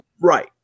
Right